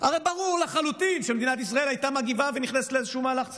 הרי ברור לחלוטין שמדינת ישראל הייתה מגיבה ונכנסת לאיזשהו מהלך צבאי.